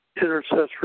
intercessory